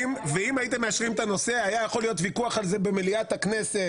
ואם הייתם מאשרים את הנושא היה יכול להיות ויכוח על זה במליאת הכנסת,